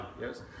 yes